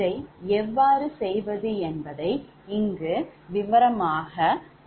இதை எவ்வாறு செய்வது என்பதை இங்கு விவரமாகப் பார்க்கலாம்